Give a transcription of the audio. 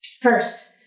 First